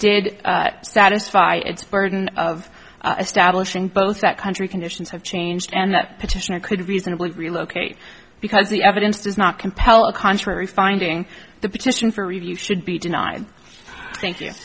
did satisfy its burden of establishing both that country conditions have changed and that petitioner could reasonably relocate because the evidence does not compel a contrary finding the petition for review should be denied thank you